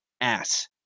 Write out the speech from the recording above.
ass